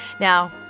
Now